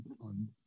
on